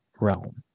realm